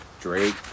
Drake